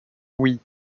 oui